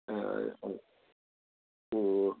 ꯑꯣ